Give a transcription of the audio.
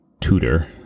tutor